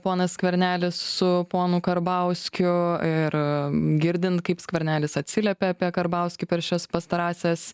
ponas skvernelis su ponu karbauskiu ir girdint kaip skvernelis atsiliepia apie karbauskį per šias pastarąsias